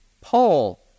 Paul